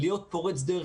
להיות פורץ דרך,